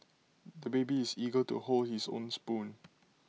the baby is eager to hold his own spoon